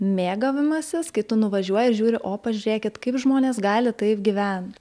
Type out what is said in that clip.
mėgavimasis kai tu nuvažiuoji ir žiūri o pažiūrėkit kaip žmonės gali taip gyvent